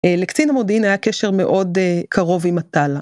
לקצין המודיעין היה קשר מאוד קרוב עם עטלאא.